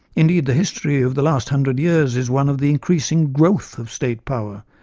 indeed, the history of the last hundred years is one of the increasing growth of state power,